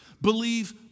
believe